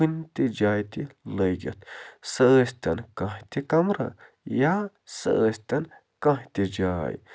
کُنہِ تہِ جایہِ تہِ لٲگِتھ سٔہ ٲسۍتَن کانٛہہ تہِ کَمرٕ یا سٔہ ٲسۍتَن کانٛہہ تہِ جاے